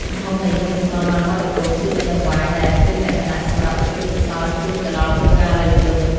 ម្ហូបដែលយើងមិនទាន់បានបរិភោគ គឺជាដង្វាយដែលពេញលក្ខណៈសម្រាប់ឧទ្ទិសកុសលជូនទៅដល់បុព្វការីជន។